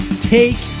Take